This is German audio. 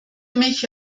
mich